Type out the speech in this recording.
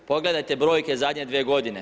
I pogledajte brojke zadnje dvije godine?